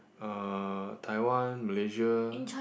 uh Taiwan Malaysia